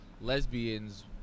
lesbians